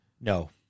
No